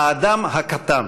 האדם הקטן.